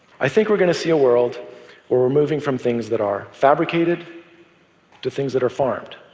i think we're going to see a world where we're moving from things that are fabricated to things that are farmed.